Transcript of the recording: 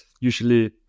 usually